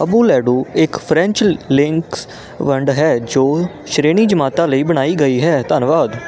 AbulEdu ਇੱਕ French Linux ਵੰਡ ਹੈ ਜੋ ਸ਼੍ਰੇਣੀ ਜਮਾਤਾਂ ਲਈ ਬਣਾਈ ਗਈ ਹੈ ਧੰਨਵਾਦ